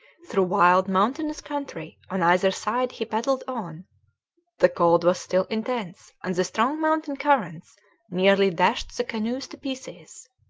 through wild mountainous country on either side he paddled on the cold was still intense and the strong mountain currents nearly dashed the canoes to pieces.